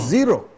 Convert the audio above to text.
Zero